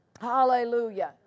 Hallelujah